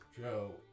Joe